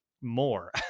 more